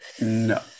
no